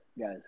guys